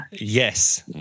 Yes